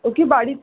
ও কি বাড়ি